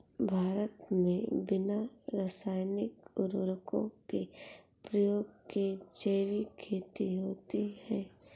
भारत मे बिना रासायनिक उर्वरको के प्रयोग के जैविक खेती होती है